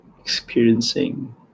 experiencing